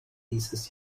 dieses